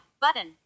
button